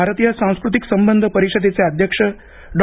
भारतीय सांस्कृतिक संबंध परिषदेचे अध्यक्ष डॉ